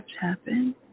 happen